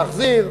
להחזיר,